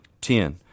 Ten